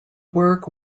work